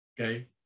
Okay